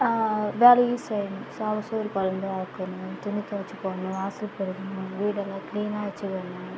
வேலையும் செய்யணும் சாதம் சோறு குழம்பு ஆக்கணும் துணி துவச்சி போடணும் வாசல் பெருக்கணும் வீடைல்லாம் க்ளீனாக வச்சுக்கணும்